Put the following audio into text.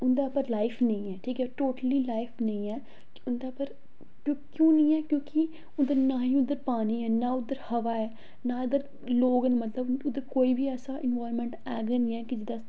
उन्दै उप्पर लाईफ़ नी ऐ ठीक ऐ टोटली लाईफ़ नेईं ऐ उन्दै उप्पर क्यूं नि ऐ क्यूंकि उद्धर ना ही उद्धर पानी ऐ ना उद्धर हवा ऐ ना उद्धर लोग न मतलव उद्धर कोई बी ऐसा इनवाईर्नमैंट है गै निं ऐ